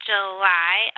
July